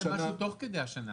ארבע שנים.